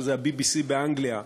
שזה ה-BBC באנגליה,